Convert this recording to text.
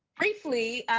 briefly,